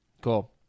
cool